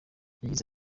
yagize